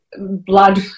blood